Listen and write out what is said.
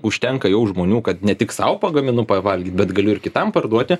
užtenka jau žmonių kad ne tik sau pagaminu pavalgyt bet galiu ir kitam parduoti